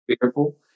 fearful